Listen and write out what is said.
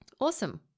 Awesome